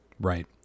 Right